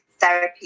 therapy